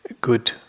good